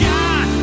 God